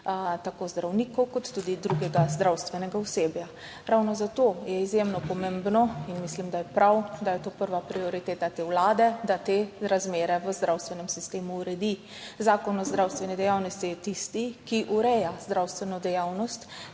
tako zdravnikov kot tudi drugega zdravstvenega osebja. Ravno zato je izjemno pomembno in mislim, da je prav, da je prva prioriteta te vlade to, da te razmere v zdravstvenem sistemu uredi. Zakon o zdravstveni dejavnosti je tisti, ki ureja zdravstveno dejavnost